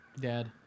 Dad